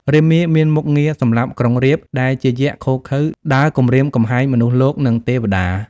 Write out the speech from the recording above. រាមា មានមុខងារសម្លាប់ក្រុងរាពណ៍ ដែលជាយក្សឃោរឃៅ ដើរគំរាមគំហែងមនុស្សលោក និងទេវតា។